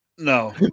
No